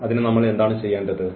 അതിന് നമ്മൾ എന്താണ് ചെയ്യേണ്ടത്